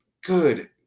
good